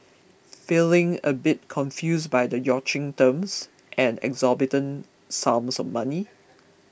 feeling a bit confused by the yachting terms and exorbitant sums of money